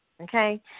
Okay